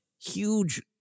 huge